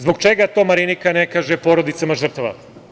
Zbog čega to Marinika ne kaže porodicama žrtava?